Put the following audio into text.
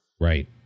Right